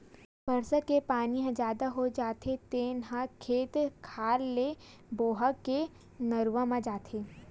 बरसा के पानी ह जादा हो जाथे तेन ह खेत खार ले बोहा के नरूवा म जाथे